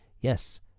Yes